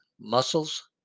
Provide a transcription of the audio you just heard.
muscles